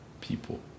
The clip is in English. people